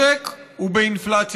אבל משעה שהן ויתרו,